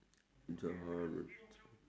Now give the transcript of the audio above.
Johor road